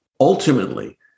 ultimately